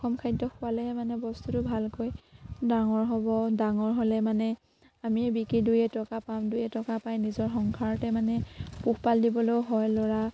সুষম খাদ্য খোৱালহে মানে বস্তুটো ভালকৈ ডাঙৰ হ'ব ডাঙৰ হ'লে মানে আমি বিকি দুই এটকা পাম দুই এটকা পাই নিজৰ সংসাৰতে মানে পোহপাল দিবলৈও হয় ল'ৰা